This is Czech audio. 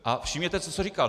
A všimněte si, co říkal.